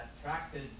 attracted